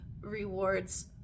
rewards